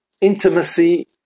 intimacy